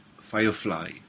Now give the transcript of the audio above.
firefly